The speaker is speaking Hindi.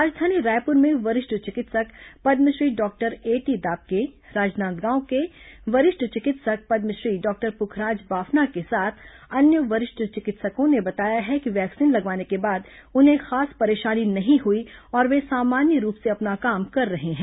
राजधानी रायपुर में वरिष्ठ चिकित्सक पद्मश्री डॉक्टर एटी दाबके राजनांदगांव के वरिष्ठ चिकित्सक पद्मश्री डॉक्टर पुखराज बाफना के साथ अन्य वरिष्ठ चिकित्सकों ने बताया है कि वैक्सीन लगवाने के बाद उन्हें खास परेशानी नहीं हुई और वे सामान्य रूप से अपना काम कर रहे हैं